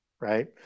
right